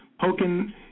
poking